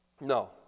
No